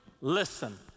Listen